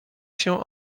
się